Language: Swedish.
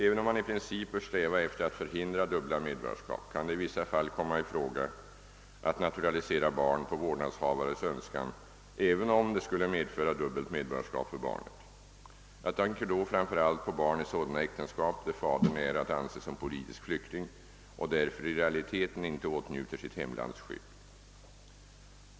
Även om man i princip bör sträva efter att förhindra dubbla medborgarskap, kan det i vissa fall komma i fråga att naturalisera barn på vårdnadshavares önskan, även om det skulle medföra dubbelt medborgarskap för barnet. Jag tänker då framför allt på barn i sådana äktenskap där fadern är att anse som politisk flykting och därför i realiteten inte åtnjuter sitt hemlands beskydd.